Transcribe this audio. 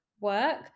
work